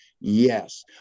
Yes